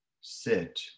sit